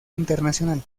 internacional